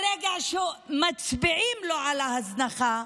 ברגע שמצביעים לו על ההזנחה,